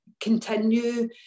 continue